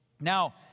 Now